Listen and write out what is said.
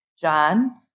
John